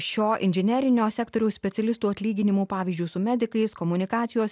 šio inžinerinio sektoriaus specialistų atlyginimų pavyzdžiui su medikais komunikacijos